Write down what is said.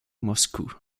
moscou